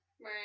Right